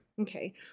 Okay